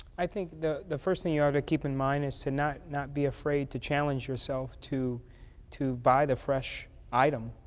i think the the first thing you ought to keep in mind is to not not be afraid to challenge yourself to to buy the fresh item.